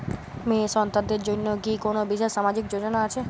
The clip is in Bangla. মেয়ে সন্তানদের জন্য কি কোন বিশেষ সামাজিক যোজনা আছে?